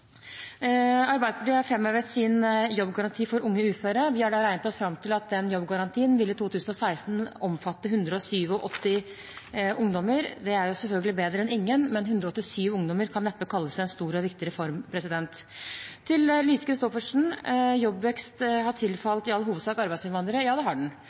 Arbeiderpartiet har framhevet sin jobbgaranti for unge uføre. Vi har regnet oss fram til at den jobbgarantien i 2016 vil omfatte 187 ungdommer. Det er selvfølgelig bedre enn ingen, men 187 ungdommer kan neppe kalles en stor og viktig reform. Til Lise Christoffersen og at jobbvekst i all hovedsak har tilfalt arbeidsinnvandrere – ja, det har den.